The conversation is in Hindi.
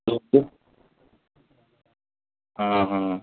हाँ हाँ